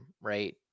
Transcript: right